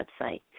website